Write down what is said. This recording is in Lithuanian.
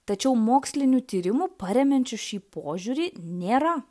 tačiau mokslinių tyrimų paremiančių šį požiūrį nėra